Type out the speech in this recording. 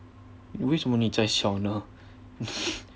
为什么你在笑呢